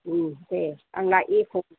दे आंना इक'